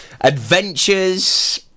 adventures